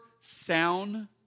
sound